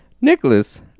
Nicholas